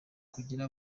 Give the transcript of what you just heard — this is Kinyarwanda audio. kugira